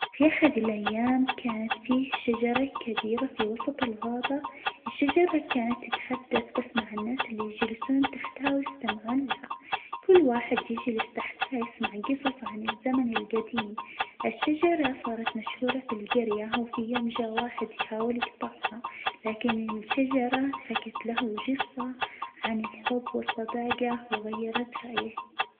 في أحد الأيام كانت فيه شجرة كبيرة في وسط الغابة، الشجرة كانت تتحدث بس مع الناس اللي يجلسون تحتها ويستمعون لها، كل واحد يجلس تحتها يسمع جصص عن الزمن الجديم، الشجرة صارت مشهورة في الجرية، و في يوم جه واحد يحاول يجطعها، لكن الشجرة حكت له جصة عن الحب والصداجة وغيرت رأيه.